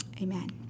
amen